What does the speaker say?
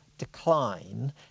decline